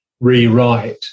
rewrite